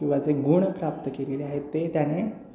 किंवा जे गुण प्राप्त केलेले आहेत ते त्याने